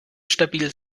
stabil